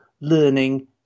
learning